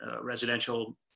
residential